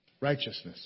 Righteousness